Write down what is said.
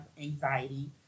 anxiety